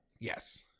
Yes